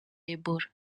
ebola